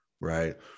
right